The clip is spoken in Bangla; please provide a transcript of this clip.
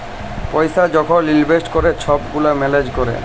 পইসা যখল ইলভেস্ট ক্যরে ছব গুলা ম্যালেজ ক্যরে